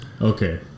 Okay